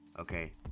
Okay